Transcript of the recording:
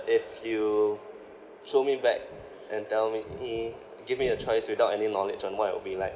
if you throw me back and tell me give me a choice without any knowledge on what it'll be like